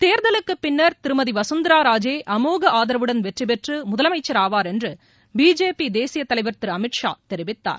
தேர்தலுக்குப் பின்னர் திருமதி வகந்தரா ராஜே அமோக ஆதரவுடன் வெற்றி பெற்று முதலமைச்சர் ஆவார் என்று பிஜேபி தேசிய தலைவர் திரு அமித்ஷா தெரிவித்தார்